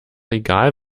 egal